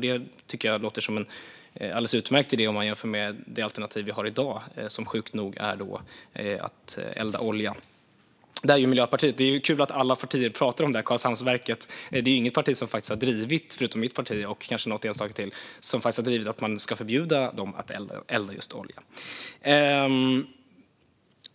Det tycker jag låter som en alldeles utmärkt idé om man jämför med det alternativ vi har i dag, som sjukt nog är att elda olja. Det är kul att alla partier pratar om Karlshamnsverket. Det är inget parti förutom mitt parti och kanske något enstaka till som har drivit att man ska förbjuda det att elda just med